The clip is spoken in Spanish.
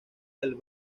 del